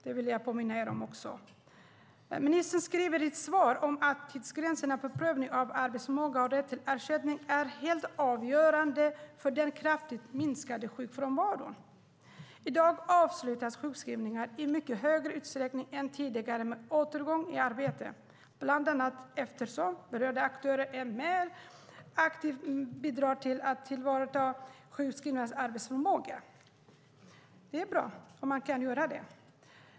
Det vill jag påminna er om. Ministern skriver i sitt svar: "Tidsgränserna för prövning av arbetsförmåga och rätt till ersättning är helt avgörande för den kraftigt minskade sjukfrånvaron. I dag avslutas sjukskrivningar i mycket större utsträckning än tidigare med återgång i arbete, bland annat eftersom berörda aktörer mer aktivt bidrar till att tillvarata sjukskrivnas arbetsförmåga." Det är bra om man kan göra det.